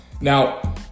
Now